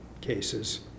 cases